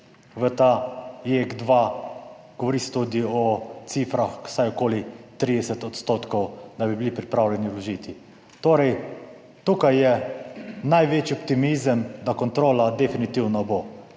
v ta JEK2, govori se tudi o cifrah, vsaj okoli 30 %, da bi bili pripravljeni vložiti. Torej, tukaj je največji optimizem, da kontrola definitivno bo,